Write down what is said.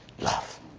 love